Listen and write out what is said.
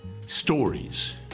stories